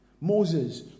Moses